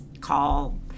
call